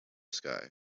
sky